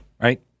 right